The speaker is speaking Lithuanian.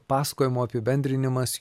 pasakojimo apibendrinimas